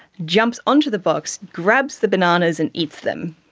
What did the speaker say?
jumps onto the box, grabs the bananas and eats them,